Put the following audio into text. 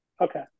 Okay